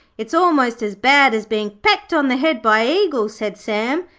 it's almost as bad as being pecked on the head by eagles said sam,